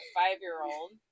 five-year-old